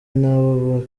n’abo